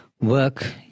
work